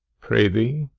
pray thee,